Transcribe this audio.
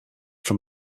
from